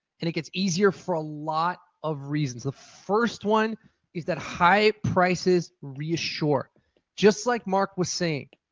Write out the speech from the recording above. and it gets easier for a lot of reasons. the first one is that high prices reassure just like mark was saying.